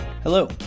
Hello